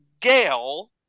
Gail